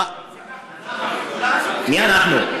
אנחנו,